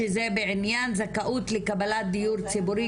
שזה בעניין זכאות לקבלת דיור ציבורי,